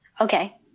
Okay